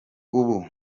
ubu